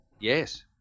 Yes